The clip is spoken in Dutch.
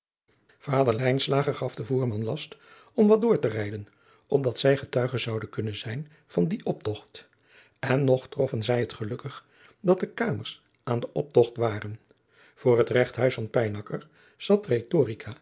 lijnslager gaf den voerman last om wat door te rijden opdat zij getuigen zouden kunnen zijn van dien optogt en nog troffen zij het gelukkig dat de kamers aan den optogt waren voor het regthuis van pijnaker zat